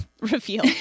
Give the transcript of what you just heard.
reveal